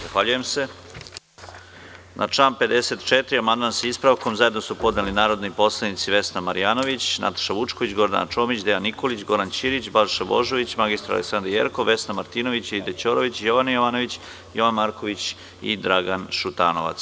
Na član 54. amandman sa ispravkom zajedno su podneli narodni poslanici Vesna Marjanović, Nataša Vučković, Gordana Čomić, Dejan Nikolikoć, Goran Ćirić, Balša Božović, mr Aleksandra Jerkov, Vesna Martinović, Aida Ćorović, Jovana Jovanović, Jovan Marković i Dragan Šutanovac.